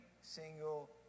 single